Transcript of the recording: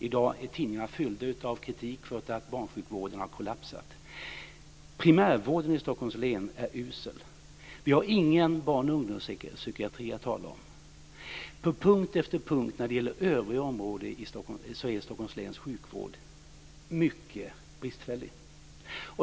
I dag är tidningarna fyllda av kritik för att barnsjukvården har kollapsat. Primärvården i Stockholms län är usel. Vi har ingen barn och ungdomspsykiatri att tala om. På punkt efter punkt när det gäller övriga områden är Stockholms läns sjukvård mycket bristfällig.